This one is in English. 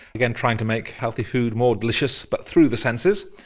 again, trying to make healthy food more delicious, but through the senses.